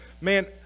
man